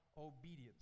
obedience